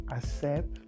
accept